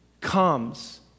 comes